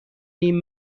این